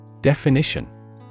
Definition